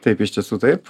taip iš tiesų taip